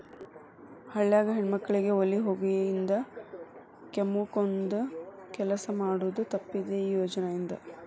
ಹಳ್ಯಾಗ ಹೆಣ್ಮಕ್ಕಳಿಗೆ ಒಲಿ ಹೊಗಿಯಿಂದ ಕೆಮ್ಮಕೊಂದ ಕೆಲಸ ಮಾಡುದ ತಪ್ಪಿದೆ ಈ ಯೋಜನಾ ಇಂದ